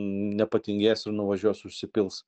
nepatingės ir nuvažiuos užsipils